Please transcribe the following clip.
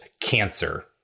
Cancer